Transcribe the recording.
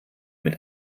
mit